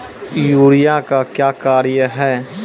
Urea का क्या कार्य हैं?